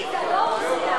אתה זיהית, לא הוא זיהה.